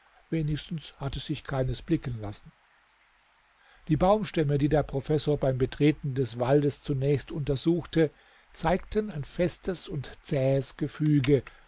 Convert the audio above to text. wenigstens hatte sich keines blicken lassen die baumstämme die der professor beim betreten des waldes zunächst untersuchte zeigten ein festes und zähes gefüge